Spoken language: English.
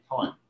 time